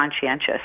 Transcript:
conscientious